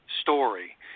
story